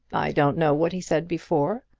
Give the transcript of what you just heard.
i don't know what he said before.